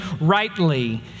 rightly